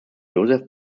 joseph